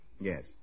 Yes